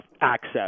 access